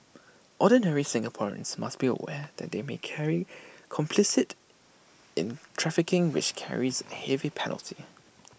ordinary Singaporeans must be aware that they may be carry complicit in trafficking which carries A heavy penalty